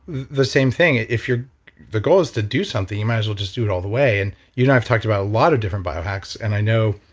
the same thing, if the goal is to do something, you might as well just do it all the way and you know i've talked about a lot of different biohacks and i know,